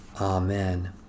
Amen